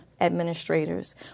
administrators